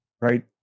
right